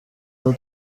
aho